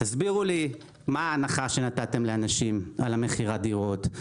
תסבירו לי מהי ההנחה שנתתם לאנשים על מכירת הדירות,